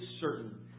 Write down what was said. certain